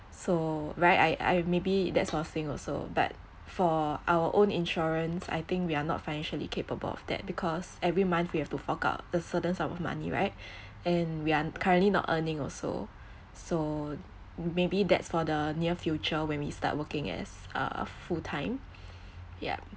so right I I maybe that's for xing also but for our own insurance I think we're not financially capable of that because every month you have to fork out a certain sum of money right and we are currently not earning also so maybe that's for the near future when we start working as uh full time yup